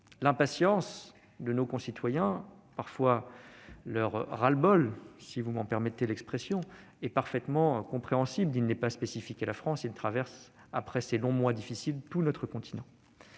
L'impatience de nos concitoyens et, parfois, leur ras-le-bol, si vous me passez l'expression, sont parfaitement compréhensibles. Ce sentiment n'est pas spécifique à la France : il traverse, après ces longs mois difficiles, l'ensemble de notre continent.